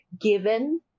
given